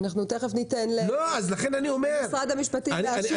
אנחנו תיכף ניתן למשרד המשפטים להשיב.